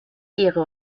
ehre